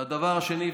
והדבר השני,